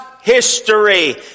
history